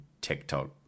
TikTok